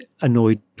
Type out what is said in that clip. annoyed